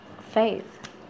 faith